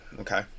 okay